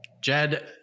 Jed